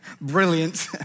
brilliant